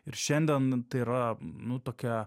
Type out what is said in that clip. ir šiandien tai yra nu tokia